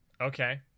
Okay